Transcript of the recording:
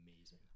amazing